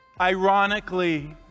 ironically